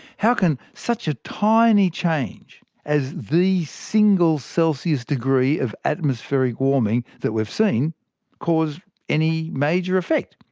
how can such a tiny change as the single celsius degree of atmospheric warming that we've seen cause any major effect?